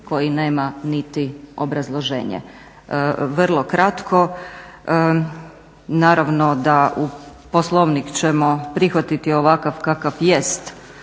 koji nema niti obrazloženje? Vrlo kratko, naravno da u poslovnik ćemo prihvatiti ovakav kakav jest